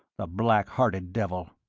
the black-hearted devil!